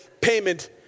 payment